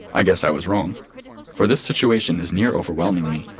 i guess i was wrong, for this situation is near overwhelming me.